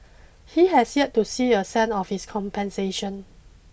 he has yet to see a cent of this compensation